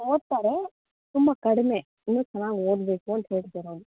ಓದ್ತಾರೆ ತುಂಬ ಕಡಿಮೆ ಇನ್ನೂ ಚೆನ್ನಾಗಿ ಓದಬೇಕು ಅಂತ ಹೇಳಿದೆ ನಾನು